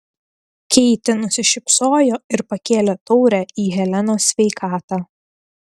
keitė nusišypsojo ir pakėlė taurę į helenos sveikatą